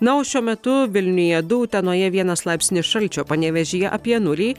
na o šiuo metu vilniuje du utenoje vienas laipsnis šalčio panevėžyje apie nulį